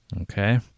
Okay